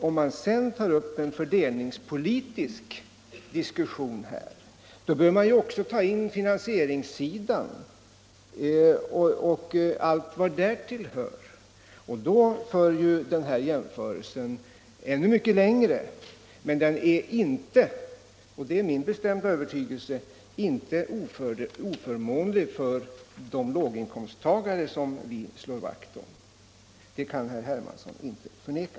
Om man sedan tar upp en fördelningspolitisk diskussion, bör man också ta med finansieringssidan och vad därtill hör. Då för denna jämförelse ännu längre, men den är inte — det är min bestämda övertygelse — oförmånlig för de låginkomsttagare som vi slår vakt om. Det kan herr Hermansson inte förneka.